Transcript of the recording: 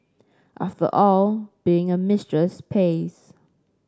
after all being a mistress pays